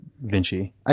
Vinci